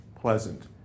pleasant